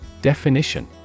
Definition